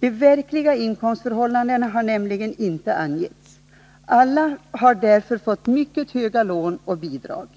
De verkliga inkomstförhållandena har nämligen inte angetts. Alla har därför fått mycket höga lån och bidrag.